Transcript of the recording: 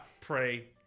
Pray